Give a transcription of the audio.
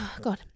God